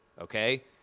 okay